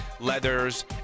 Leathers